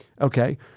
Okay